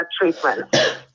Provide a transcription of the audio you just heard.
treatment